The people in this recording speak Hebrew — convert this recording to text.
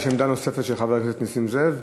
יש עמדה נוספת של חבר הכנסת נסים זאב,